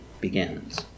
begins